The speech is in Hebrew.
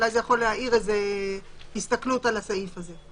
אולי זה יכול להאיר איזו הסתכלות על הסעיף הזה.